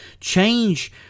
change